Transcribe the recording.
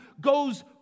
goes